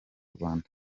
rwanda